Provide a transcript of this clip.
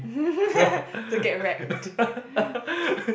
don't get wrecked